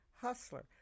hustler